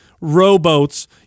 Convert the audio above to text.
Rowboats